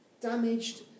damaged